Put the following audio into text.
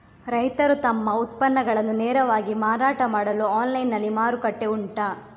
ರೈತರು ತಮ್ಮ ಉತ್ಪನ್ನಗಳನ್ನು ನೇರವಾಗಿ ಮಾರಾಟ ಮಾಡಲು ಆನ್ಲೈನ್ ನಲ್ಲಿ ಮಾರುಕಟ್ಟೆ ಉಂಟಾ?